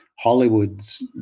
Hollywood's